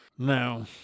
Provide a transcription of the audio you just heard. no